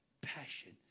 passion